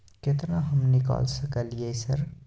केतना हम निकाल सकलियै सर?